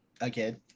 again